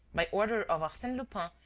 by order of arsene lupin,